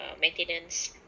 maintenance